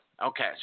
Okay